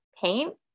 paint